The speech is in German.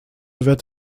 wird